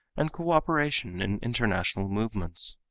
and cooperation in international movements.